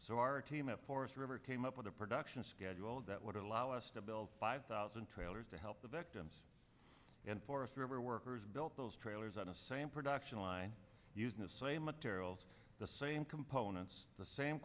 so our team of forest river came up with a production schedule that would allow us to build five thousand trailers to help the victims and forest river workers built those trailers on the same production line using the same materials the same components the same